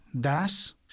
Das